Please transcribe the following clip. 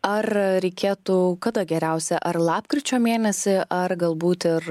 ar reikėtų kada geriausia ar lapkričio mėnesį ar galbūt ir